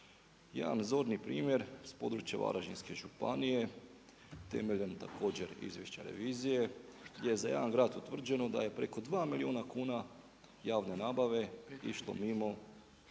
Jedan zorni primjer s područja Varaždinske županije, temeljem također izvješća revizije, gdje za jedan grad utvrđeno da je preko 2 milijuna kuna javne nabave, išlo mimo